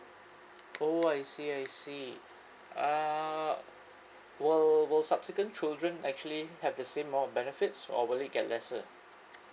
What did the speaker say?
oh I see I see uh will will subsequent children actually have the same amount of benefits or will it get lesser